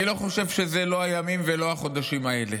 אני לא חושב שזה, לא הימים ולא החודשים האלה.